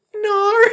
no